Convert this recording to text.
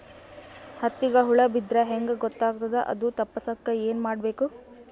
ಹತ್ತಿಗ ಹುಳ ಬಿದ್ದ್ರಾ ಹೆಂಗ್ ಗೊತ್ತಾಗ್ತದ ಅದು ತಪ್ಪಸಕ್ಕ್ ಏನ್ ಮಾಡಬೇಕು?